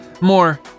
more